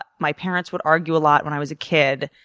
ah my parents would argue a lot when i was a kid.